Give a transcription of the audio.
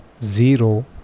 Zero